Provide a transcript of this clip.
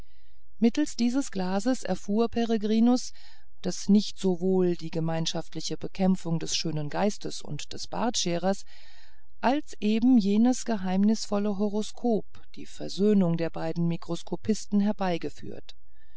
mittelst dieses glases erfuhr peregrinus daß nicht sowohl die gemeinschaftliche bekämpfung des schönen geistes und des bartscherers als eben jenes geheimnisvolle horoskop die versöhnung der beiden mikroskopisten herbeigeführt